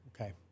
okay